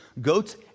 goats